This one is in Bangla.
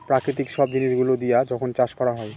প্রাকৃতিক সব জিনিস গুলো দিয়া যখন চাষ করা হয়